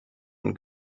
und